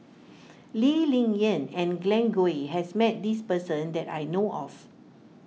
Lee Ling Yen and Glen Goei has met this person that I know of